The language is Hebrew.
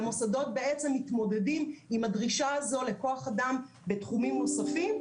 והמוסדות בעצם מתמודדים עם הדרישה הזאת לכוח אדם בתחומים נוספים,